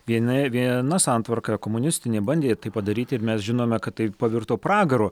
viena viena santvarka komunistinė bandė tai padaryti ir mes žinome kad tai pavirto pragaru